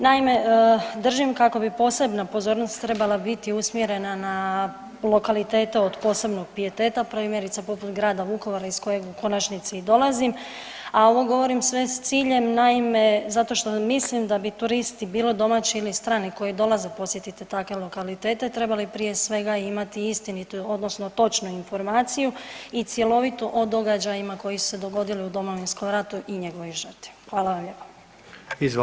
Naime, držim kako bi posebna pozornost trebala biti usmjerena na lokalitete od posebnog pijeteta, primjerice poput grada Vukovara iz kojeg u konačnici i dolazim, a ovo govorim sve s ciljem naime zato što mislim da bi turisti bilo domaći ili strani koji dolaze posjetit takve lokalitete trebali prije svega imati istinitu odnosno točnu informaciju i cjelovitu o događajima koji su se dogodili u Domovinskom ratu i njegovoj žrtvi, hvala vam lijepo.